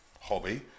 hobby